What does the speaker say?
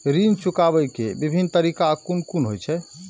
ऋण चुकाबे के विभिन्न तरीका कुन कुन होय छे?